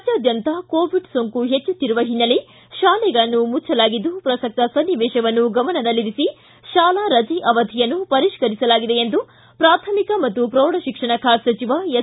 ರಾಜ್ಯಾದ್ಯಂತ ಕೋವಿಡ್ ಸೋಂಕು ಹೆಚ್ಚುತ್ತಿರುವ ಹಿನ್ನೆಲೆ ಶಾಲೆಗಳನ್ನು ಮುಚ್ವಲಾಗಿದ್ದು ಪ್ರಸಕ್ತ ಸನ್ನಿವೇಶವನ್ನು ಗಮನದಲ್ಲಿರಿಸಿ ಶಾಲಾ ರಜೆ ಅವಧಿಯನ್ನು ಪರಿಷ್ಠರಿಸಲಾಗಿದೆ ಎಂದು ಪ್ರಾಥಮಿಕ ಮತ್ತು ಪ್ರೌಢಶಿಕ್ಷಣ ಖಾತೆ ಸಚಿವ ಎಸ್